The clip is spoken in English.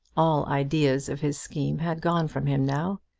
all ideas of his scheme had gone from him now.